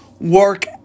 work